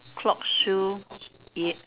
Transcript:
clock shoe it